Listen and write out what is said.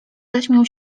zaśmiał